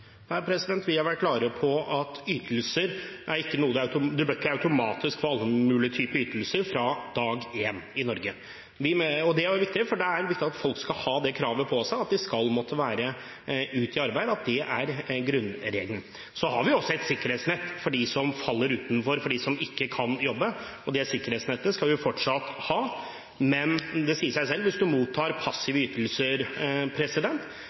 Vi har vært klare på at alle typer ytelser ikke skal gis automatisk fra dag én i Norge. Det er viktig, for det er viktig at folk skal ha det kravet på seg at de skal måtte være ute i arbeid – at det er grunnregelen. Så har vi også et sikkerhetsnett for dem som faller utenfor, for dem som ikke kan jobbe, og det sikkerhetsnettet skal vi fortsatt ha. Men det sier seg selv at hvis man mottar